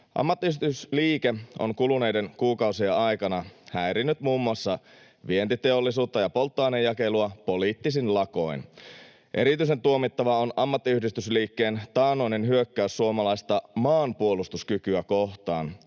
Ammattiyhdistysliike on kuluneiden kuukausien aikana häirinnyt muun muassa vientiteollisuutta ja polttoainejakelua poliittisin lakoin. Erityisen tuomittavaa on ammattiyhdistysliikkeen taannoinen hyökkäys suomalaista maanpuolustuskykyä kohtaan,